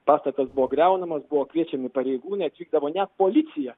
pastatas buvo griaunamas buvo kviečiami pareigūnai atvykdavo net policija